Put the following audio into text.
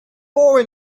more